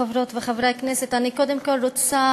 תודה, חברות וחברי הכנסת, אני קודם כול רוצה